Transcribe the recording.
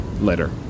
Later